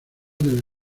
del